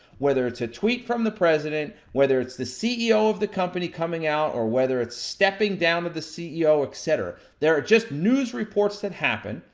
whether it's a tweet from the president, whether it's the ceo of the company coming out, or whether it's stepping down of the ceo, et cetera. there are just news reports that happen,